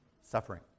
Suffering